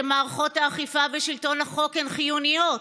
שמערכות האכיפה ושלטון החוק הן חיוניות,